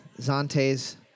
Zante's